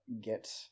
get